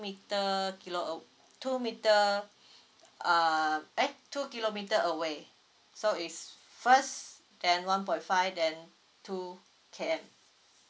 meter kilo uh two meter uh eh two kilometer away so is first then one point five then two K_M